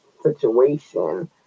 situation